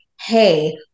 hey